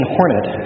Hornet